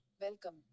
welcome